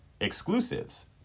exclusives